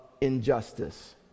injustice